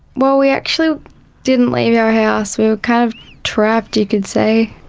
well, we actually didn't leave our house, we were kind of trapped you could say.